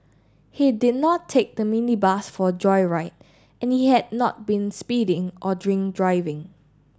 he did not take the minibus for a joyride and he had not been speeding or drink driving